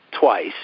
twice